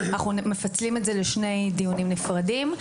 אנחנו מפצלים את זה לשני דיונים נפרדים.